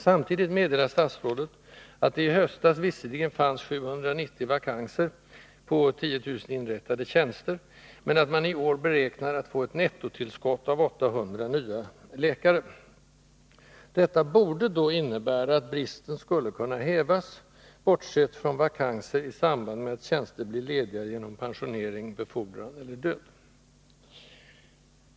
Samtidigt meddelar statsrådet att det i höstas visserligen fanns 790 vakanser på 10 000 inrättade tjänster, men att man i år beräknar få ett nettotillskott av 800 nya läkare. Detta borde innebära att bristen skulle kunna hävas, bortsett från vakanser i samband med att tjänster blir lediga genom pensionering, befordran eller död.